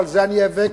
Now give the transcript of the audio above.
ועל זה אני איאבק